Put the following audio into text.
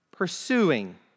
pursuing